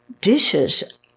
dishes